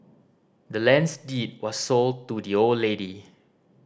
the land's deed was sold to the old lady